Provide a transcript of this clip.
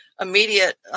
immediate